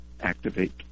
activate